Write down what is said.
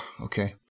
Okay